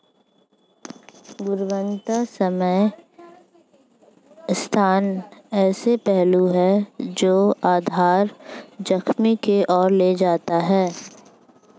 गुणवत्ता समय स्थान ऐसे पहलू हैं जो आधार जोखिम की ओर ले जाते हैं